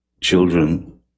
Children